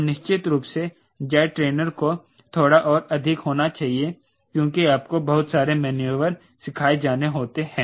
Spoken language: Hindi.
और निश्चित रूप से जेट ट्रेनर को थोड़ा और अधिक होना चाहिए क्योंकि आपको बहुत सारे मैन्यूवर सिखाए जाने होते हैं